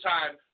Time